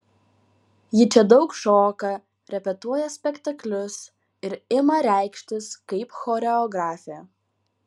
ji čia daug šoka repetuoja spektaklius ir ima reikštis kaip choreografė